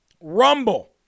Rumble